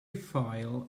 file